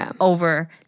over